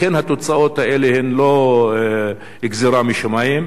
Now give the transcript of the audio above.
לכן התוצאות האלה הן לא גזירה משמים.